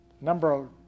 number